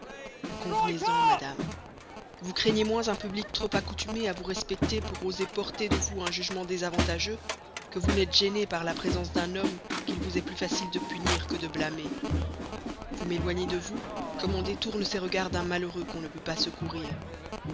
convenez-en madame vous craignez moins un public trop accoutumé à vous respecter pour oser porter de vous un jugement désavantageux que vous n'êtes gênée par la présence d'un homme qu'il vous est plus facile de punir que de blâmer vous m'éloignez de vous comme on détourne ses regards d'un malheureux qu'on ne veut pas secourir